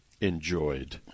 enjoyed